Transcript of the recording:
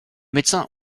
médecins